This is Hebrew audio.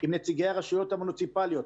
עם נציגי הרשויות המוניציפאליות,